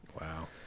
Wow